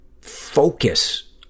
focus